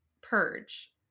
purge